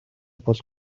бол